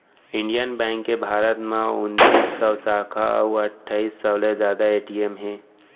Indian Bank के भारत म उनतीस सव साखा अउ अट्ठाईस सव ले जादा ए.टी.एम हे